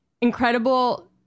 incredible